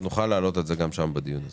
נוכל להעלות את הנושא הזה גם בדיון הזה.